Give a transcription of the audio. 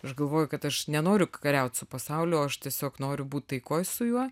aš galvoju kad aš nenoriu kariaut su pasauliu aš tiesiog noriu būti taikoj su juo